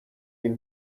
این